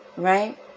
Right